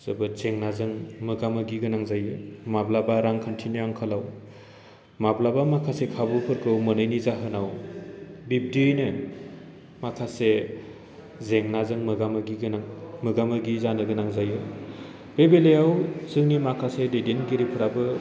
जोबोद जेंनाजों मोगा मोगि गोनां जायो माब्लाबा रांखान्थिनि आंखालाव माब्लाबा माखासे खाबुफोरखौ मोनैनि जाहोनाव बिब्दिनो माखासे जेंनाजों मोगा मोगि गोनां मोगा मोगि जानो गोनां जायो बे बेलायाव जोंनि माखासे दैदेनगिरिफ्राबो